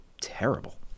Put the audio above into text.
terrible